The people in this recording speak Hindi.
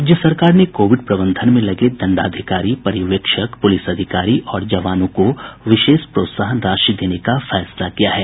राज्य सरकार ने कोविड प्रबंधन में लगे दंडाधिकारी पर्यवेक्षक पुलिस अधिकारी और जवानों को विशेष प्रोत्साहन राशि देने का फैसला किया है